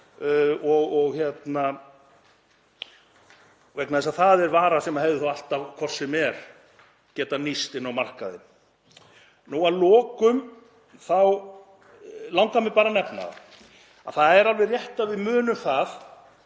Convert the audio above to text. vegna þess að það er vara sem hefði þá alltaf hvort sem er getað nýst inn á markaðinn. Að lokum langar mig bara að nefna að það er alveg rétt að við munum það